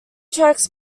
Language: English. tracks